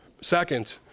Second